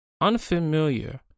Unfamiliar